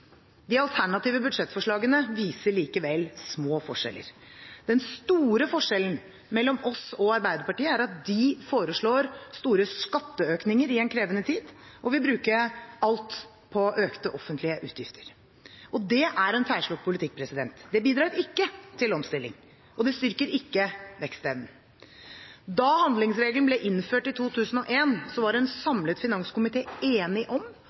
De alternative budsjettforslagene viser likevel små forskjeller. Den store forskjellen mellom oss og Arbeiderpartiet er at de foreslår store skatteøkninger i en krevende tid og vil bruke alt på økte offentlige utgifter. Det er en feilslått politikk. Det bidrar ikke til omstilling, og det styrker ikke vekstevnen. Da handlingsregelen ble innført i 2001, var en samlet finanskomité enig om